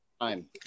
time